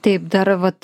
taip dar vat